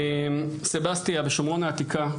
סבסטיה בשומרון העתיקה.